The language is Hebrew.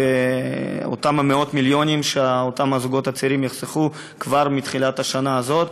ואותם מאות המיליונים שאותם הזוגות הצעירים יחסכו כבר מתחילת השנה הזאת,